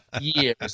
years